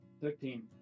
Thirteen